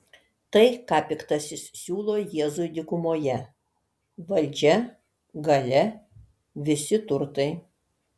tai ką piktasis siūlo jėzui dykumoje valdžia galia visi turtai